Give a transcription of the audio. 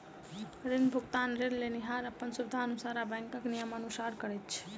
ऋण भुगतान ऋण लेनिहार अपन सुबिधानुसार वा बैंकक नियमानुसार करैत छै